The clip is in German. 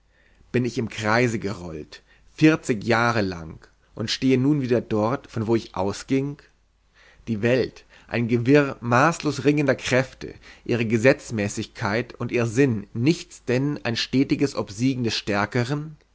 bin ich im kreise gerollt vierzig jahre lang und stehe nun wieder dort von wo ich ausging die welt ein gewirr maßlos ringender kräfte ihre gesetzmäßigkeit und ihr sinn nichts denn ein stetes obsiegen des stärkeren